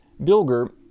Bilger